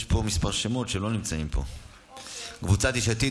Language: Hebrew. יש פה כמה שמות שלא נמצאים פה מקבוצת סיעת יש עתיד,